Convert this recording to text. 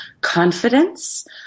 confidence